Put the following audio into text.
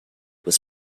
was